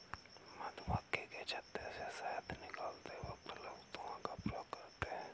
मधुमक्खी के छत्ते से शहद निकलते वक्त लोग धुआं का प्रयोग करते हैं